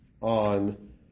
on